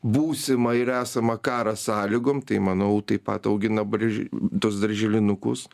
būsimą ir esamą karą sąlygom tai manau taip pat augina brėž tuos darželinukus